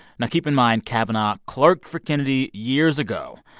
now, keep in mind, kavanaugh clerked for kennedy years ago.